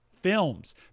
films